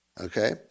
Okay